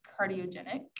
cardiogenic